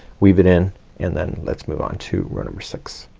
weave it in and then let's move on to row number six.